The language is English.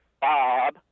Bob